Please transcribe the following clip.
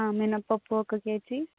మినప్పప్పు ఒక కేజీ